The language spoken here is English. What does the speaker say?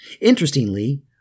Interestingly